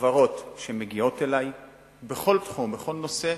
החברות שמגיעות אלי בכל תחום, בכל נושא,